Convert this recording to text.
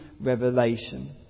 revelation